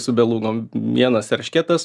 su belugom vienas eršketas